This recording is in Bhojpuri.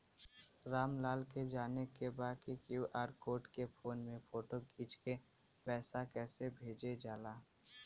राम लाल के जाने के बा की क्यू.आर कोड के फोन में फोटो खींच के पैसा कैसे भेजे जाला?